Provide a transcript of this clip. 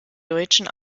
deutschen